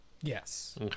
yes